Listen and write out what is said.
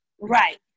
Right